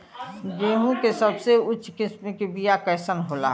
गेहूँ के सबसे उच्च किस्म के बीया कैसन होला?